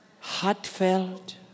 heartfelt